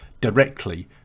directly